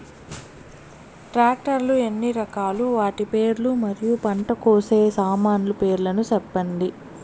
Tractor లు ఎన్ని రకాలు? వాటి పేర్లు మరియు పంట కోసే సామాన్లు పేర్లను సెప్పండి?